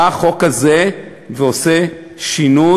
בא החוק הזה ועושה שינוי,